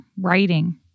writing